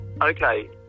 Okay